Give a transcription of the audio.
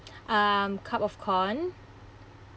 um cup of corn